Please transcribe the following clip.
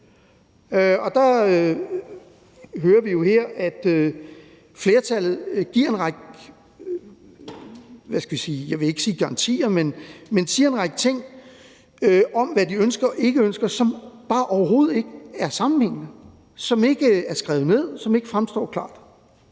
Der hører vi jo her, at flertallet giver en række, jeg vil ikke sige garantier, men de siger en række ting om, hvad de ønsker og ikke ønsker, som bare overhovedet ikke er sammenhængende, som ikke er skrevet ned, og som ikke fremstår klart.